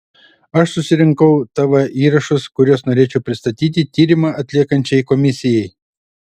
aš susirinkau tv įrašus kuriuos norėčiau pristatyti tyrimą atliekančiai komisijai